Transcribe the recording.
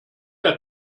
der